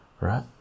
right